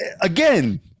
again